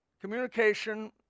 communication